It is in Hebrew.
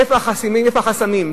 איפה החסמים,